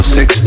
six